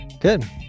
Good